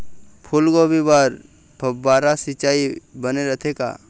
फूलगोभी बर फव्वारा सिचाई बने रथे का?